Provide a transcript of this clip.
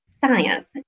Science